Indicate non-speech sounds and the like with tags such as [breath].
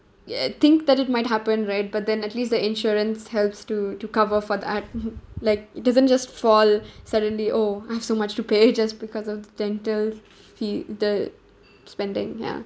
ya think that it might happen right but then at least the insurance helps to to cover for that [laughs] like it doesn't just fall [breath] suddenly oh I have so much to pay just because of dental fee the spending ya